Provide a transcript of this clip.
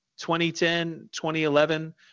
2010-2011